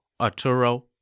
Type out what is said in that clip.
Arturo